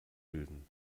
bilden